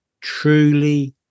truly